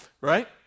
right